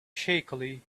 shakily